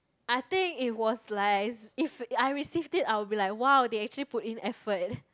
I think it was like if I received it I will be like !wow! they actually put in effort